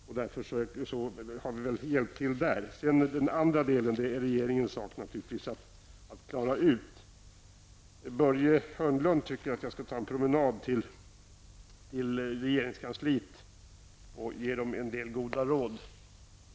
Sedan är det naturligtvis regeringens sak att klara ut den andra delen. Börje Hörnlund tyckte att jag skall ta en promenad till regeringskansliet och ge regeringen en del goda råd.